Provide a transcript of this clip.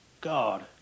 god